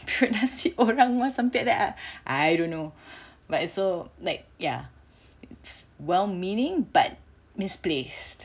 periuk nasi orang something like that I don't know but it's so like ya it's well meaning but misplaced